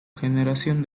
generación